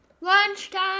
Lunchtime